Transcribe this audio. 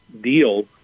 deal